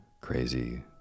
crazy